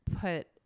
put